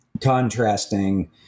contrasting